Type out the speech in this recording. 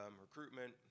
recruitment